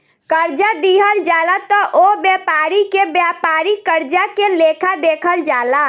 कर्जा दिहल जाला त ओह व्यापारी के व्यापारिक कर्जा के लेखा देखल जाला